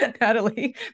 Natalie